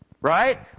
Right